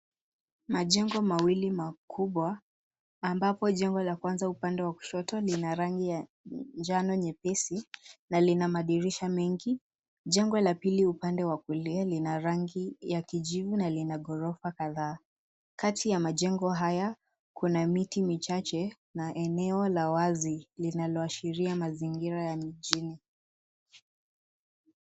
Majengo mawili makubwa, ambapo jengo la kwanza upande wa kushoto lina rangi ya njano nyepesi na lina madirisha mengi. Jengo la pili upande wa kulia lina rangi ya kijivu na lina ghorofa kadhaa. Kati ya majengo haya, kuna miti michache, na eneo la wazi, linaloashiria mazingira ya mjini.